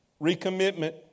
recommitment